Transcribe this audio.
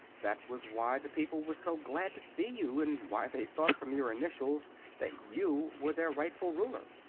that was why the people were so glad to see you, and why they thought from your initials that you were their rightful ruler.